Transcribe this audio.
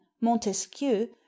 montesquieu